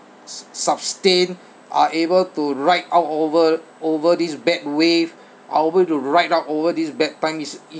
sustain are able to ride out over over this bad wave are able to ride out over this bad times